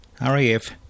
RAF